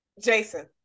Jason